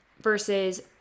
versus